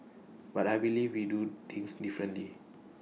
but I believe we do things differently